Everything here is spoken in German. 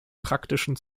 praktischen